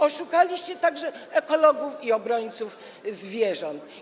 Oszukaliście także ekologów i obrońców zwierząt.